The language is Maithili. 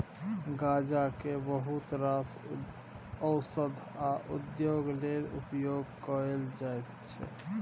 गांजा केँ बहुत रास ओषध आ उद्योग लेल उपयोग कएल जाइत छै